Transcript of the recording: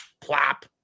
plop